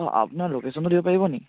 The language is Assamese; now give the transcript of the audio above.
অঁ আপোনাৰ লোকচনটো দিব পাৰিব নি